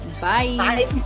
Bye